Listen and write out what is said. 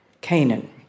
Canaan